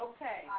Okay